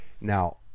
Now